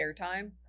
airtime